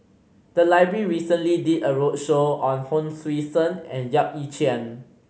the library recently did a roadshow on Hon Sui Sen and Yap Ee Chian